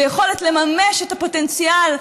ויכולת לממש את הפוטנציאל,